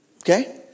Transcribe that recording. Okay